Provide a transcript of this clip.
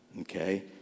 Okay